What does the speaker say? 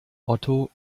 otto